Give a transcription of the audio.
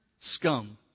scum